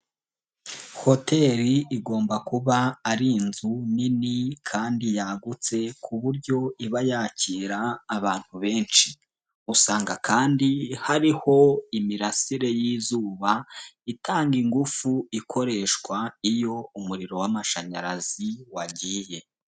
Hoteli igomba kuba ari inzu nini kandi yagutse ku buryo iba yakira abantu benshi. Usanga kandi hariho imirasire y'izuba itanga ingufu ikoreshwa iyo umuriro w'amashanyarazi wagiye.